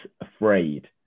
afraid